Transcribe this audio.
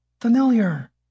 familiar